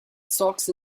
socks